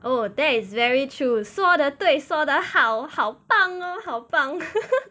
oh that is very true 说得对说得好好棒 oh 好棒